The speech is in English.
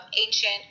ancient